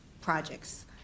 projects